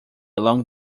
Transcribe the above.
along